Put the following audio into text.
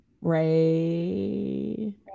Ray